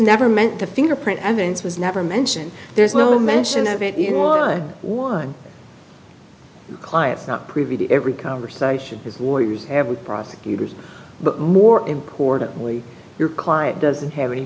never meant to fingerprint evidence was never mentioned there's no mention of it you know one client's not privy to every conversation his warriors have with prosecutors but more importantly your client doesn't have any